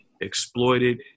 exploited